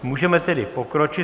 Můžeme tedy pokročit.